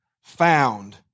found